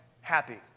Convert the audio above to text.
happy